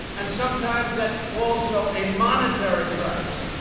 and sometimes, that's also a monetary price.